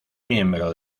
miembro